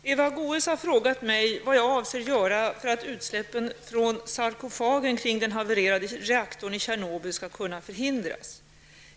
Herr talman! Eva Goe s har frågat mig om vad jag avser göra för att utsläppen från sarkofagen kring den havererade reaktorn i Tjernobyl skall kunna förhindras.